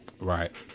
Right